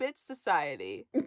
Society